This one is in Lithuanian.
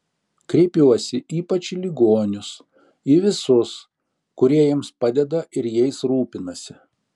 kreipiuosi ypač į ligonius į visus kurie jiems padeda ir jais rūpinasi